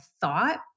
thought